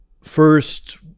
first